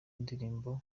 indirimbo